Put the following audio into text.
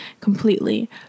completely